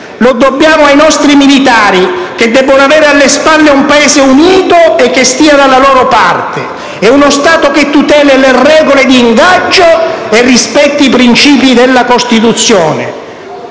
Lo dobbiamo ai nostri militari, che devono avere alle spalle un Paese unito, e che stia dalla loro parte, e uno Stato che tuteli le regole di ingaggio e rispetti i principi della Costituzione.